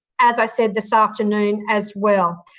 as i said this afternoon, as well.